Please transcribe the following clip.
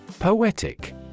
Poetic